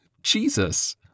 Jesus